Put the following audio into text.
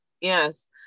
yes